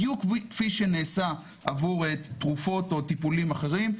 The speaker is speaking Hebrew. בדיוק כפי שנעשה עבור תרופות או טיפולים אחרים.